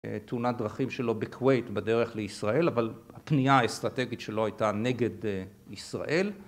תאונת דרכים שלו בכווית בדרך לישראל, אבל הפנייה האסטרטגית שלו הייתה נגד ישראל.